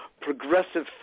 progressive